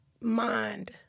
mind